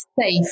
safe